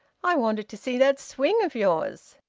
i wanted to see that swing of yours.